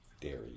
dairy